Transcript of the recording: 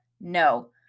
No